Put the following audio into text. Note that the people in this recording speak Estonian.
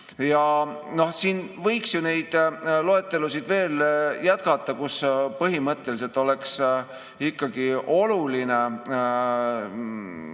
Siin võiks ju neid loetelusid veel jätkata, kus põhimõtteliselt oleks ikkagi oluline saada